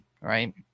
right